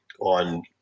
on